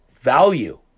value